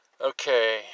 Okay